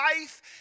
life